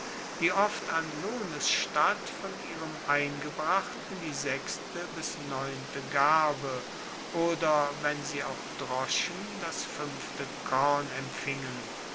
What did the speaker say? die oft an lohnes statt von ihrem eingebrachten die sechste bis neunte garbe oder wenn sie auch droschen das fuenfte korn empfingen